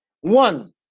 One